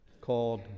called